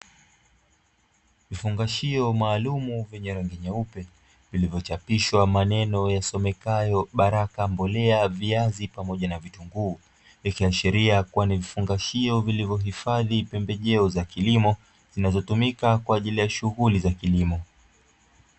Vifungashio maalumu vyenye rangi nyeupe vilivyochapishwa maneno yasomekayo "baraka mbolea, viazi pamoja na vitunguu", ikiashiria kuwa ni vifungashio vilivyo hifadhi pembejeo za kilimo zinazotumika kwa ajili ya shughuli za kilimo.